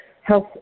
health